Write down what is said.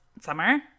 summer